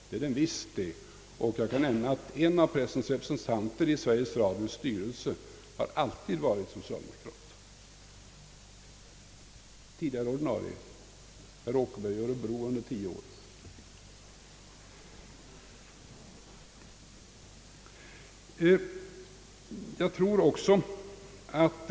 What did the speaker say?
Det är den visst, Jag kan nämna att en av pressens representanter i styrelsen för Sveriges Radio alltid har varit socialdemokrat; tidigare ordinarie representant under ett antal år var herr Åkerberg i Örebro.